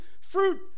fruit